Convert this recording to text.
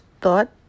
thought